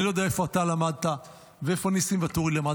אני לא יודע איפה אתה למדת ואיפה ניסים ואטורי למד,